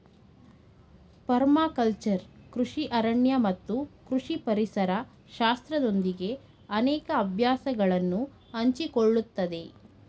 permaculture ಕೃಷಿ ಅರಣ್ಯ ಮತ್ತು ಕೃಷಿ ಪರಿಸರ ಶಾಸ್ತ್ರದೊಂದಿಗೆ ಅನೇಕ ಅಭ್ಯಾಸಗಳನ್ನು ಹಂಚಿಕೊಳ್ಳುತ್ತದೆ